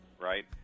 right